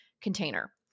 container